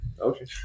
Okay